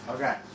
Okay